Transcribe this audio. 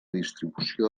distribució